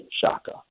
Shaka